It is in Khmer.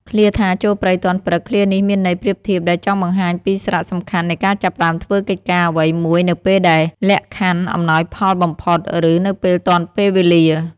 ឃ្លាថា ចូលព្រៃទាន់ព្រឹក ឃ្លានេះមានន័យប្រៀបធៀបដែលចង់បង្ហាញពី សារៈសំខាន់នៃការចាប់ផ្ដើមធ្វើកិច្ចការងារអ្វីមួយនៅពេលដែលលក្ខខណ្ឌអំណោយផលបំផុត ឬនៅពេលទាន់ពេលវេលា ។